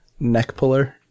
Neckpuller